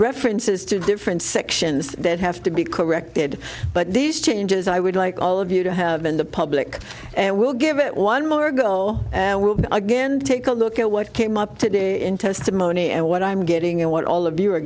references to different sections that have to be corrected but these changes i would like all of you to have been the public and we'll give it one more go again take a look at what came up today in testimony and what i'm getting and what all of you are